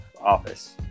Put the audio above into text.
office